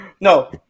No